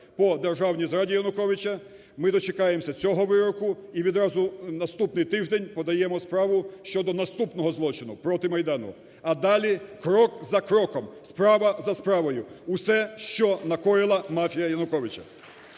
по державній зраді Януковича, ми дочекаємось цього вироку і відразу в наступний тиждень подаємо справу щодо наступного злочину проти Майдану, а далі крок за кроком, справа за справою – усе, що накоїла мафія Януковича.